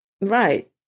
Right